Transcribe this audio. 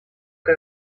que